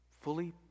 fully